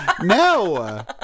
No